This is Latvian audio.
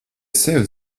sev